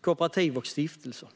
kooperativ och stiftelser.